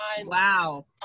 wow